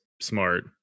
smart